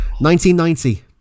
1990